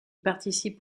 participe